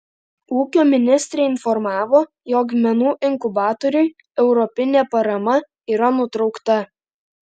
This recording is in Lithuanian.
ūkio ministrė informavo jog menų inkubatoriui europinė parama yra nutraukta